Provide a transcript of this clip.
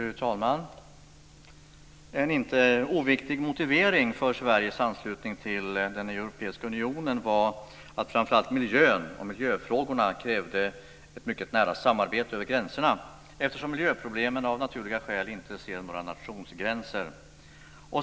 Fru talman! En inte oviktig motivering för Sveriges anslutning till den europeiska unionen var att framför allt miljön och miljöfrågorna krävde ett mycket nära samarbete över gränserna, eftersom miljöproblemen av naturliga skäl inte ser några nationsgränser.